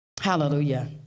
Hallelujah